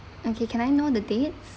okay can I know the dates